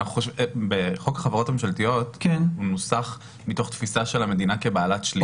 חוק החברות הממשלתיות נוסח מתוך תפיסה של המדינה כבעלת שליטה.